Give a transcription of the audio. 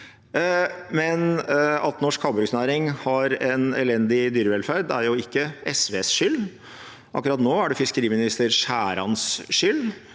Men at norsk havbruksnæring har en elendig dyrevelferd, er jo ikke SVs skyld. Akkurat nå er det fiskeriminister Skjærans skyld.